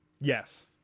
Yes